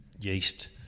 yeast